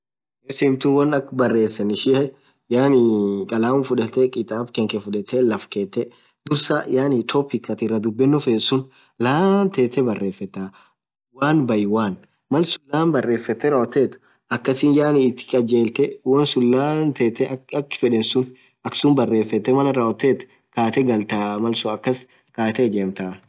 Message tun won akha berresen yaani kalamu fudhetee kitab kankee fudhethee lafkethee dhursaa topic atin iraa dhubeno fethsun laan thethe barrefetha one by one malsun laan barrefethe rawothethu akhasin yaani ith khaljethee wonsun laan thethe akha fedhen sun barefethe rawothethu khaathe ghathaa malsun akas kathe ijemthaa